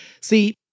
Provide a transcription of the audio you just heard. See